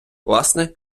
власне